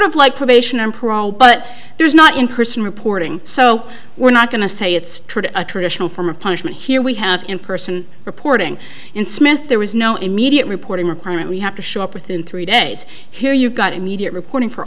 parole but there's not in person reporting so we're not going to say it's true to a traditional form of punishment here we have in person reporting in smith there was no immediate reporting requirement we have to show up within three days here you've got immediate reporting for